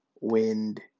Wind